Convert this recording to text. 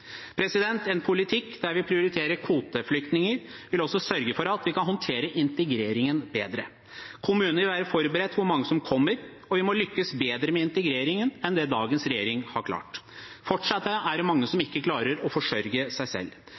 En politikk der vi prioriterer kvoteflyktninger, vil også sørge for at vi kan håndtere integreringen bedre. Kommunene vil være forberedt på hvor mange som kommer, og vi må lykkes bedre med integreringen enn det dagens regjering har klart. Fortsatt er det mange som ikke klarer å forsørge seg selv.